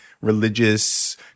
religious